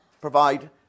provide